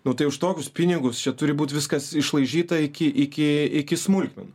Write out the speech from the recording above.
nu tai už tokius pinigus čia turi būt viskas išlaižyta iki iki iki smulkmenų